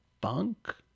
bunk